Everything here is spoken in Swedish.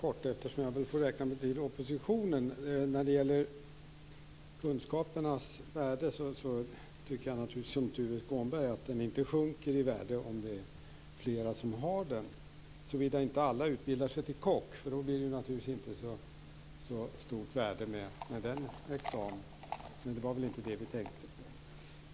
Fru talman! Jag skall hålla mig kort, eftersom jag väl får räkna mig till oppositionen. Jag tycker naturligtvis som Tuve Skånberg att kunskapen inte sjunker i värde om det är flera som har den. Såvida alla inte utbildar sig till kock, för då blir det naturligtvis inte så stort värde med den examen - men det var väl inte det vi tänkte.